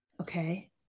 Okay